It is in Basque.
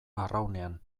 arraunean